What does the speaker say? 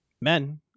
men